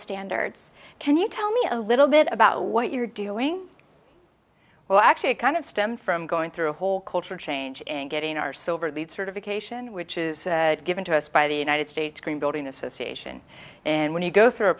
standards can you tell me a little bit about what you're doing well actually it kind of stem from going through a whole culture change and getting our silver the sort of occasion which is given to us by the united states green building association and when you go through a